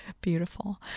Beautiful